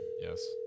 Yes